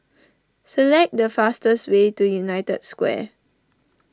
select the fastest way to United Square